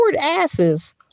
asses